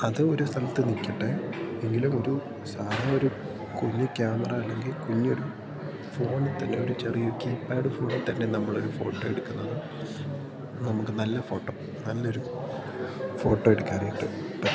അത് ഒരു സ്ഥലത്ത് നില്ക്കട്ടെ എങ്കിലും ഒരു സാധ ഒരു കുഞ്ഞു ക്യാമറ അല്ലെങ്കില് കുഞ്ഞൊരു ഫോണില് തന്നെ ഒരു ചെറിയ കീ പാഡ് ഫോണില്ത്തന്നെ നമ്മളൊരു ഫോട്ടോ എടുക്കുന്നത് നമുക്ക് നല്ല ഫോട്ടോ നല്ലൊരു ഫോട്ടോ എടുക്കാനായിട്ട്